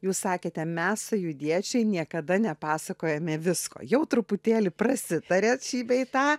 jūs sakėte mes sąjūdiečiai niekada nepasakojame visko jau truputėlį prasitarėt šį bei tą